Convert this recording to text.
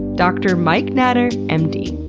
dr. mike natter, and